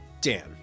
Dan